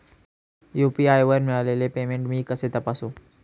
UPI वर मिळालेले payment मी कसे तपासू?